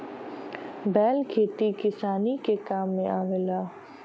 बैल खेती किसानी के काम में आवेला